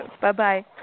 Bye-bye